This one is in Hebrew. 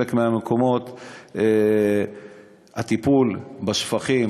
ובחלק מהמקומות הטיפול בשפכים,